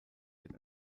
wird